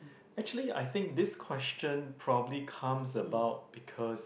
actually I think this question probably comes about because